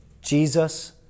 Jesus